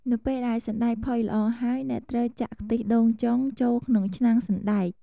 នៅពេលដែលសណ្ដែកផុយល្អហើយ អ្នកត្រូវចាក់ខ្ទិះដូងចុង ចូលក្នុងឆ្នាំងសណ្ដែក។